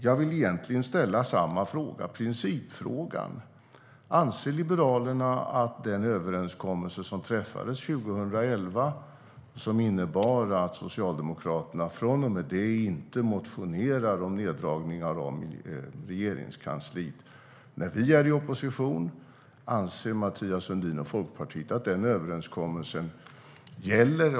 Jag vill egentligen ställa samma fråga som tidigare, principfrågan: Anser Liberalerna att den överenskommelse som träffades 2011, som innebar att Socialdemokraterna från och med då inte motionerar om neddragningar av Regeringskansliet när vi är i opposition, fortfarande gäller?